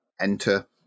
enter